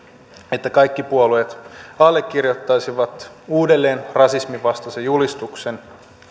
että kaikki puolueet allekirjoittaisivat uudelleen rasismin vastaisen julistuksen